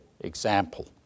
example